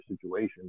situation